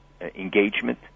engagement